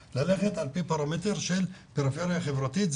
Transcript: לכן צריך ללכת על פי פרמטר של פריפריה חברתית,